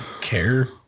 care